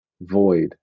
void